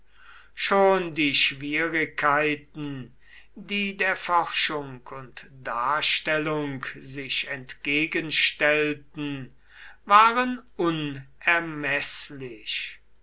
schon die schwierigkeiten die der forschung und darstellung sich entgegenstellten waren unermeßlich